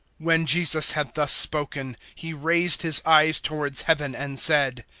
when jesus had thus spoken, he raised his eyes towards heaven and said,